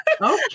Okay